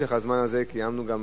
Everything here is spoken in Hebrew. במשך הזמן הזה קיימנו גם